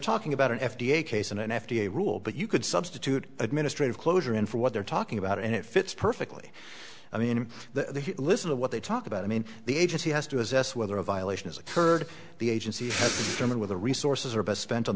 talking about an f d a case and an f d a rule but you could substitute administrative closure in for what they're talking about and it fits perfectly i mean listen to what they talk about i mean the agency has to assess whether a violation is occurred the agency from or with the resources are best spent on